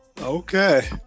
okay